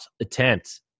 attempt